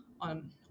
on